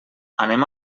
anem